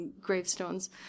gravestones